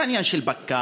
אז זה עניין של פקח,